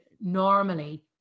Normally